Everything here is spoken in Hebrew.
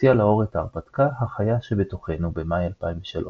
שהוציאה לאור את ההרפתקה "החיה שבתוכנו" במאי 2003,